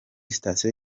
sitasiyo